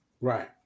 Right